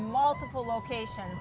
multiple locations